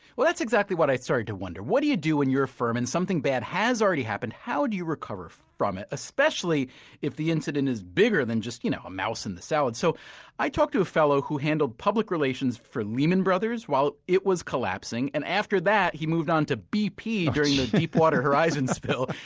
well that's exactly what i started to wonder. what do you do when you're a firm and something bad has already happened how do you recover from it? especially if the incident is bigger than just, you know, a mouse in a salad? so i talked to a fellow who handled handled public relations for lehman brothers while it was collapsing, and after that, he moved onto bp during the deepwater horizon spill.